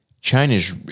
China's